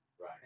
Right